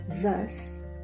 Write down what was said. thus